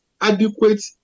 adequate